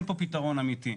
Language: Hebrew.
אין פה פתרון אמיתי.